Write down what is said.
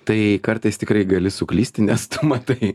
tai kartais tikrai gali suklysti nes tu matai